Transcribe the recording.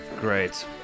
Great